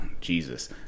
Jesus